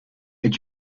est